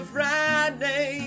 Friday